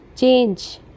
Change